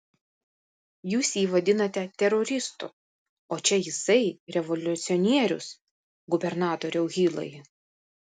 jūs jį vadinate teroristu o čia jisai revoliucionierius gubernatoriau hilai